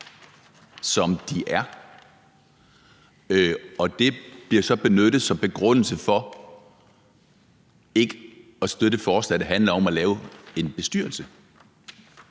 som de er. Og det bliver så benyttet som begrundelse for ikke at støtte et forslag, der handler om at lave en bestyrelse,